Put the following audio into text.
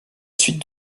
suite